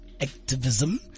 activism